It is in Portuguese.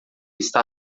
está